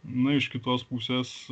na iš kitos pusės